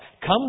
Come